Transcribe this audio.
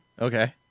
Okay